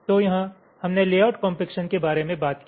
तो यहां हमने लेआउट कोम्पेक्शन के बारे में बात की